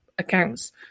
accounts